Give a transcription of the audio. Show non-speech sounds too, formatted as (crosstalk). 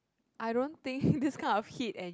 I don't think (laughs) this kind of heat and